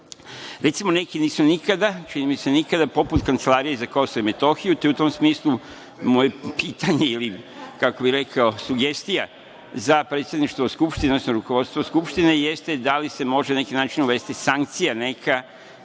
Recimo, neki nisu nikada, čini mi se nikada, poput Kancelarije za Kosovo i Metohiju, te u tom smislu moje pitanje ili sugestija za predsedništvo Skupštine, odnosno rukovodstvo Skupštine jeste – da li se može na neki način uvesti sankcija neka